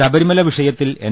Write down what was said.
ശബരിമല വിഷയത്തിൽ എൻ